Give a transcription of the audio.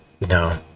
No